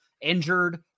injured